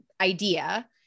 idea